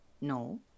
No